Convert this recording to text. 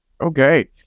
Okay